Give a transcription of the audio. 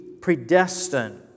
predestined